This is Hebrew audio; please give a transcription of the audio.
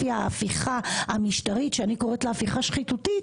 לפי ההפיכה המשטרית שאני קוראת לה הפיכה שחיתותית,